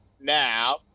now